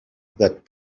that